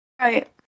Right